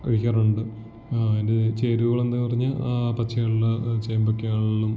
കഴിക്കാറുണ്ട് അതിൻ്റെ ചേരുവകളെന്താ പറഞ്ഞാൽ പച്ചയുള്ള ചേമ്പുകളും